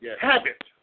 habit